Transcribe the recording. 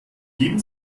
geben